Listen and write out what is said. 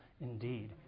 indeed